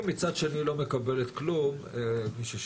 ובצד השני היא לא מקבלת כלום מששנסקי.